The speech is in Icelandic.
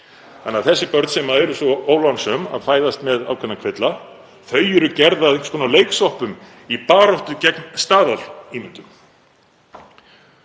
þannig að þessi börn sem eru svo ólánsöm að fæðast með ákveðna kvilla eru gerð að einhvers konar leiksoppum í baráttu gegn staðalímyndum.